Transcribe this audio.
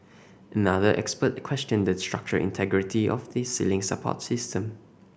another expert questioned the structural integrity of the ceiling support system